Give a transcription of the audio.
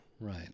Right